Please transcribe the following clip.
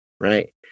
Right